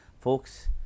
folks